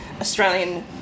Australian